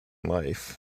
life